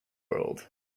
world